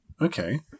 Okay